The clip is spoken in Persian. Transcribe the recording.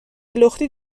لختی